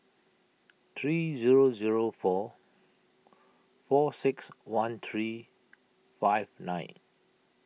three zero zero four four six one three five nine